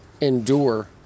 endure